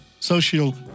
Social